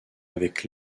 avec